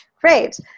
Great